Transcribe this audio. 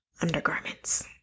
undergarments